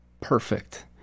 perfect